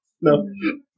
No